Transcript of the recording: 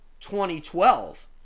2012